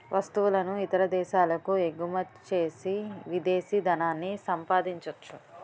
వస్తువులను ఇతర దేశాలకు ఎగుమచ్చేసి విదేశీ ధనాన్ని సంపాదించొచ్చు